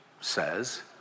says